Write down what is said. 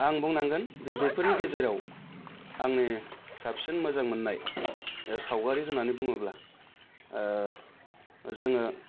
आं बुंनांगोन जे बेफोरनि गेजेराव आंनि साबसिन मोजां मोन्नाय सावगारि होन्नानै बुङोबा जोङो